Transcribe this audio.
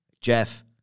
Jeff